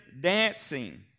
dancing